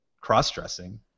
cross-dressing